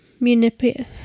manip